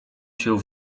się